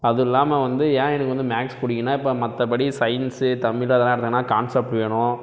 அதுவும் இல்லாமல் வந்து ஏன் எனக்கு வந்து மேக்ஸ் பிடிக்கும்னா இப்போ மற்றபடி சயின்சு தமிழ்லு அதெல்லாம் இல்லைனா கான்சப்ட் வேணும்